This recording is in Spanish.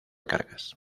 cargas